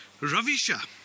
Ravisha